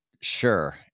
sure